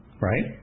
right